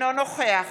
אינו נוכח